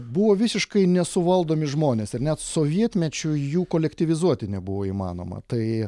buvo visiškai nesuvaldomi žmonės ir net sovietmečiu jų kolektyvizuoti nebuvo įmanoma tai